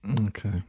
Okay